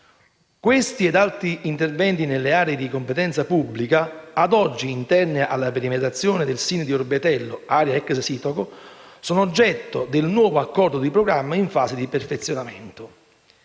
Questi ed altri interventi nelle aree di competenza pubblica, ad oggi interne alla perimetrazione del SIN di Orbetello-Area ex Sitoco, sono oggetto del nuovo Accordo di programma in fase di perfezionamento.